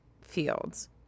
fields